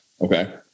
Okay